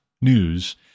News